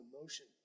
emotion